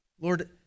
Lord